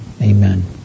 amen